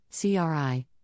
CRI